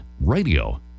radio